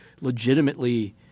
legitimately